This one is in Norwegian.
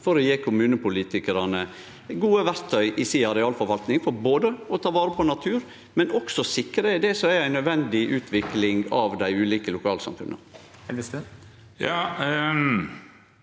for å gje kommunepolitikarane gode verktøy i si arealforvalting for både å ta vare på natur, og også sikre det som er ei nødvendig utvikling av dei ulike lokalsamfunna. Ola Elvestuen